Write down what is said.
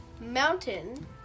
mountain